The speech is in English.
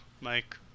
Mike